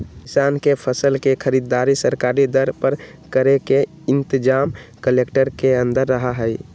किसान के फसल के खरीदारी सरकारी दर पर करे के इनतजाम कलेक्टर के अंदर रहा हई